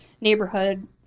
neighborhood